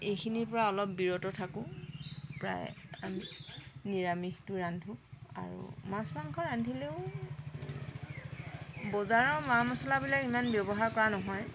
এইখিনিৰ পৰা অলপ বিৰত থাকোঁ প্ৰায় নিৰামিষটো ৰান্ধো আৰু মাছ মাংস ৰান্ধিলেও বজাৰৰ মা মছলাবিলাক ইমান ব্যৱহাৰ কৰা নহয়